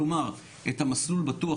כלומר את המסלול בטוח,